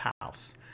house